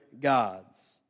gods